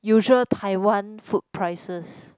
usual Taiwan food prices